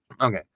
Okay